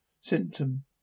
symptom